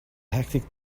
hectic